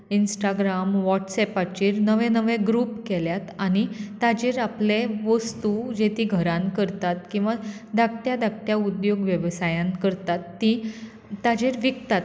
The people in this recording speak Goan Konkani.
इंस्टाग्राम वॉट्सऍपाचेर नवे नवे ग्रुप केल्यात आनी ताचेर आपले वस्तू जे तीं घरांत करतात किंवा धाकट्या धाकट्या उद्योग वेवसायांत करतात तीं ताचेर विकतात